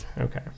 okay